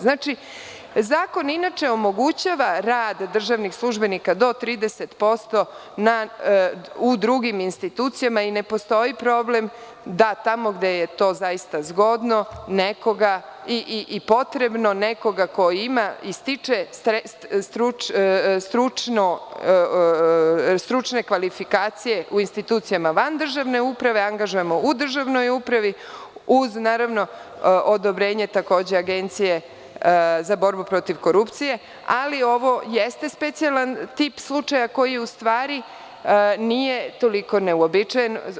Zakon inače omogućava rad državnih službenika do 30% u drugim institucijama i ne postoji problem da tamo gde je to zaista zgodno i potrebno, nekoga ko ima i stiče stručne kvalifikacije u institucijama van državne uprave, angažujemo u državnoj upravi, uz odobrenje, takođe, Agencije za borbu protiv korupcije, ali ovo jeste specijalan tip slučaja koji u stvari nije toliko neuobičajen.